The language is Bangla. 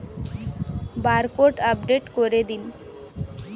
বারকোড আপডেট করে দিন?